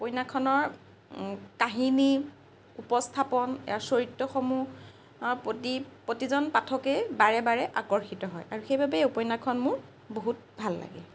উপন্যাসখনৰ কাহিনী উপস্থাপন ইয়াৰ চৰিত্ৰসমূহ প্ৰতি প্ৰতিজন পাঠকেই বাৰে বাৰে আকৰ্ষিত হয় আৰু সেইবাবেই উপন্যাসখন মোৰ বহুত ভাল লাগে